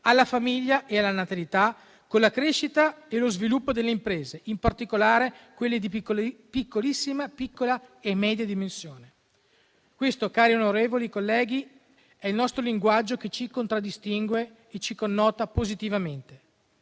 alla famiglia e alla natalità con la crescita e lo sviluppo delle imprese, in particolare quelle di piccolissima, piccola e media dimensione. Questo, cari onorevoli colleghi, è il nostro linguaggio, che ci contraddistingue e ci connota positivamente.